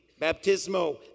baptismo